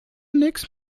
nichts